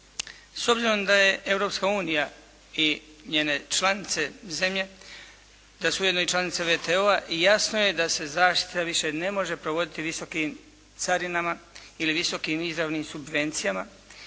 S obzirom da je Europska unija i njene članice zemlje da su ujedno i članice WTO i jasno je da se zaštita više ne može provoditi visokim carinama ili visokim izravnim subvencijama